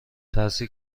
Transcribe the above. ترسی